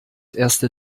erste